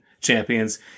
champions